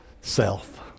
self